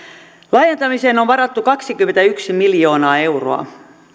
laajentamiseen on varattu kaksikymmentäyksi miljoonaa euroa